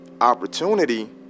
opportunity